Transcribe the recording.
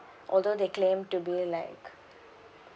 although they claim to be like